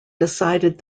decided